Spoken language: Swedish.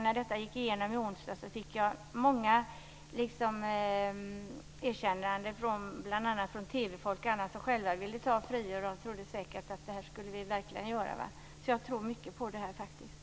När det här gick igenom i onsdags fick jag många erkännanden, bl.a. från TV-folk som ville utnyttja friåret. De skulle säkert pröva på det här, så jag tror faktiskt mycket på detta.